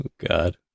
god